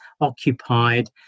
occupied